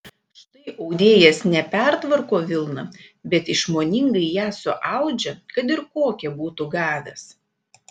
štai audėjas ne pertvarko vilną bet išmoningai ją suaudžia kad ir kokią būtų gavęs